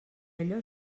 allò